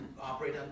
operate